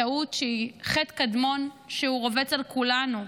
טעות שהיא חטא קדמון שרובץ על כולנו.